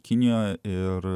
kinijoje ir